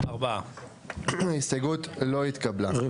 הצבעה בעד 2 נגד 3 ההסתייגויות לא התקבלו.